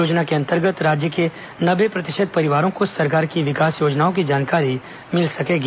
योजना के अंतर्गत राज्य के नब्बे प्रतिशत परिवारों को सरकार की विकास योजनाओं की जानकारी मिल सकेगी